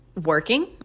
working